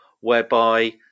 whereby